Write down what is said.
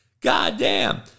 Goddamn